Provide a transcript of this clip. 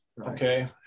okay